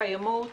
קיימות